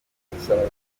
asanga